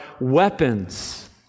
weapons